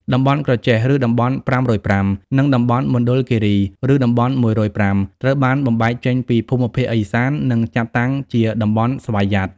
តំបន់ក្រចេះ (ឬតំបន់៥០៥) និងតំបន់មណ្ឌលគីរី (ឬតំបន់១០៥) ត្រូវបានបំបែកចេញពីភូមិភាគឦសាននិងចាត់តាំងជា តំបន់ស្វយ័ត។